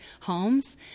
homes